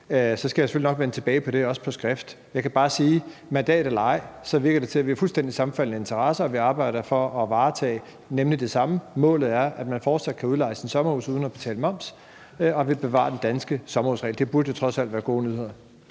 nok skal vende tilbage med et svar på det på skrift. Jeg kan bare sige: Mandat eller ej virker det til, at vi har fuldstændig sammenfaldende interesser, og at vi arbejder for at varetage det samme. Målet er, at man fortsat kan udleje sit sommerhus uden at betale moms, og at vi bevarer den danske sommerhusregel. Det burde jo trods alt være gode nyheder.